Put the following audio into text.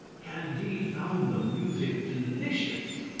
candide found the music delicious.